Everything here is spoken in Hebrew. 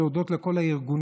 אני רוצה להודות לכל הארגונים.